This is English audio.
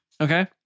Okay